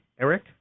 Eric